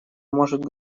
может